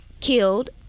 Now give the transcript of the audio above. killed